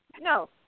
No